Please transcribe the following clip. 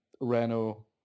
Renault